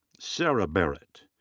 sarah barrett.